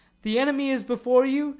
the enemy is before you,